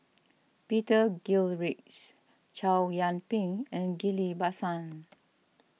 Peter Gilchrist Chow Yian Ping and Ghillie Basan